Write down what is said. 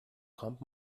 kommt